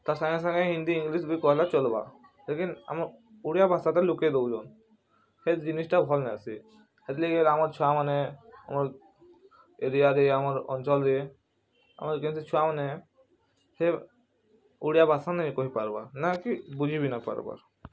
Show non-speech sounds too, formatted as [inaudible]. ତା ସାଙ୍ଗେ ସାଙ୍ଗେ ହିନ୍ଦୀ ଇଂଲିଶ୍ ବି କହେଲେ ଚଲବା ଲିକିନ୍ ଆମର୍ ଓଡ଼ିଆ ଭାଷା ତ ଲୁକେଇ ଦଉଛନ୍ ହେ ଜିନିଷ ଟା ଭଲ୍ ନାଇଁ ସି ହେଥିର୍ ଲାଗି ଆମର୍ ଛୁଆ ମାନେ ଆମର୍ ଏରିଆରେ ଆମର୍ ଅଞ୍ଚଲ ରେ ଆମର୍ କେମିତି ଛୁଆ ମାନେ [unintelligible] ଓଡ଼ିଆ ଭାଷା ନେଇ କହି ପାରବା ନା କି ବୁଝି ବି ନା ପାରବାର୍